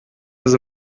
das